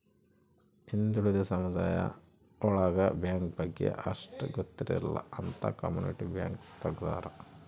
ಹಿಂದುಳಿದ ಸಮುದಾಯ ಒಳಗ ಬ್ಯಾಂಕ್ ಬಗ್ಗೆ ಅಷ್ಟ್ ಗೊತ್ತಿರಲ್ಲ ಅಂತ ಕಮ್ಯುನಿಟಿ ಬ್ಯಾಂಕ್ ತಗ್ದಾರ